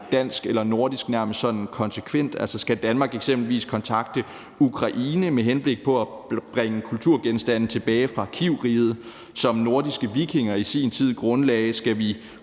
dansk eller nordisk, nærmest sådan konsekvent. Skal Danmark eksempelvis kontakte Ukraine med henblik på at bringe kulturgenstande tilbage fra Kyivriget, som nordiske vikinger i sin tid grundlagde? Skal vi